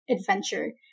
adventure